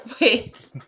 Wait